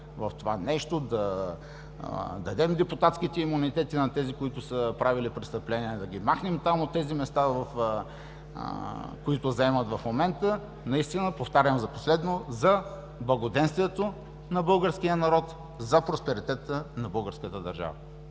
в това нещо, да дадем депутатските имунитети на тези, които са правили престъпления, да ги махнем от тези места, които заемат в момента, наистина – повтарям за последно – за благоденствието на българския народ, за просперитета на българската държава.